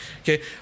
Okay